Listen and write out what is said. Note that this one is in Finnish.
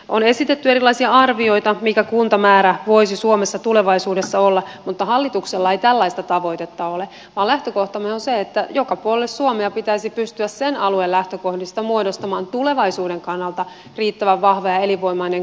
on esitetty erilaisia arvioita mikä kuntamäärä voisi suomessa tulevaisuudessa olla mutta hallituksella ei tällaista tavoitetta ole vaan lähtökohtamme on se että joka puolelle suomea pitäisi pystyä sen alueen lähtökohdista muodostamaan tulevaisuuden kannalta riittävän vahva ja elinvoimainen kuntarakenne